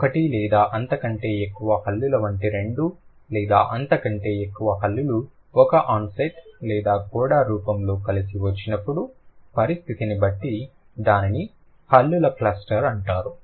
ఒకటి లేదా అంతకంటే ఎక్కువ హల్లుల వంటి రెండు లేదా అంతకంటే ఎక్కువ హల్లులు ఒక ఆన్సెట్ లేదా కోడా రూపంలో కలిసి వచ్చినప్పుడు పరిస్థితిని బట్టి దానిని హల్లుల క్లస్టర్ అంటారు